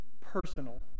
personal